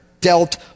dealt